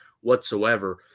whatsoever